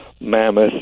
mammoth